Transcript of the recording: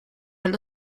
allo